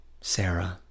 Sarah